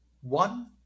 one